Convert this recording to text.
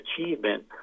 achievement